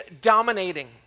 dominating